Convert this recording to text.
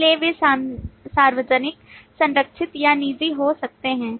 इसलिए वे सार्वजनिक संरक्षित या निजी हो सकते हैं